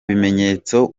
bimenyetso